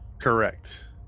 Correct